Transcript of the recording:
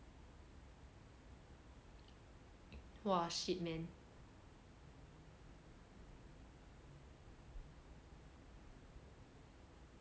!wah! shit man